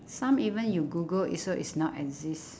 some even you google is so it's not exist